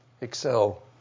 excel